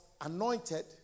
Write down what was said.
anointed